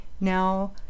now